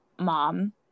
mom